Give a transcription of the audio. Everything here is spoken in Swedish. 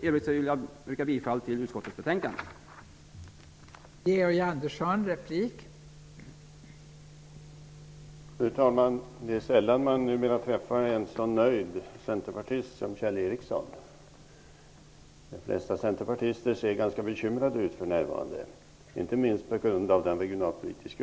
I övrigt yrkar jag bifall till utskottets hemställan i betänkandet.